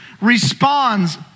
responds